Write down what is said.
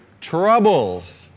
troubles